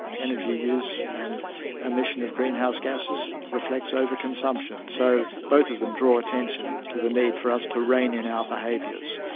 energy use and emission of greenhouse gases reflects overconsumption, so both of them draw attention to the need for us to reign in our behaviours.